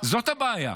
זאת הבעיה.